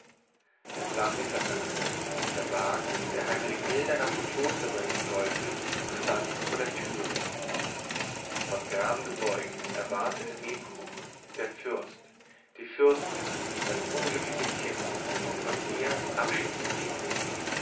es war mitternacht der wagen der hermenegilda nach dem kloster bringen sollte stand vor der türe von gram gebeugt erwartete nepomuk der fürst die fürstin das unglückliche kind um von ihr abschied zu nehmen